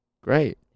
Great